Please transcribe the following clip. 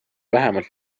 vähemalt